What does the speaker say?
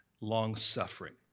long-suffering